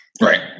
right